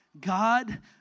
God